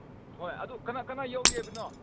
ꯍꯣꯏ ꯑꯗꯨ ꯀꯅꯥ ꯀꯅꯥ ꯌꯥꯎꯒꯦ ꯍꯥꯏꯕꯅꯣ